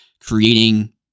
creating